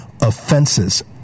offenses